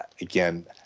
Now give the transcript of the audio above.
again